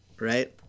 right